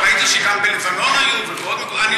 וראיתי שגם בלבנון היו ובעוד מקומות.